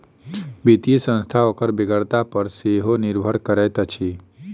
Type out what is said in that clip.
वित्तीय संस्था ओकर बेगरता पर सेहो निर्भर करैत अछि